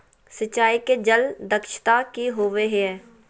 सिंचाई के जल दक्षता कि होवय हैय?